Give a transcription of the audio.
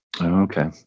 okay